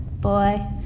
boy